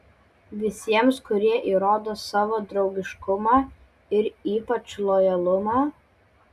visiems kurie įrodo savo draugiškumą ir ypač lojalumą